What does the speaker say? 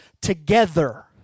together